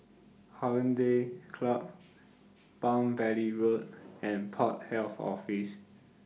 Hollandse Club Palm Valley Road and Port Health Office